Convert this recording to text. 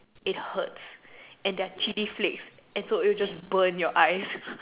it hurts and their chilli flakes and so will just burn your eyes